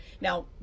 Now